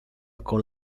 con